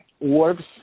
works